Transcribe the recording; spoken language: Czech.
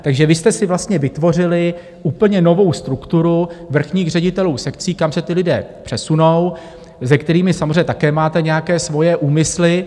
Takže vy jste si vlastně vytvořili úplně novou strukturu vrchních ředitelů sekcí, kam se ti lidé přesunou, se kterými samozřejmě také máte nějaké svoje úmysly.